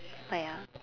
ah ya